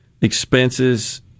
expenses